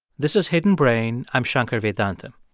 this is hidden brain. i'm shankar vedantam.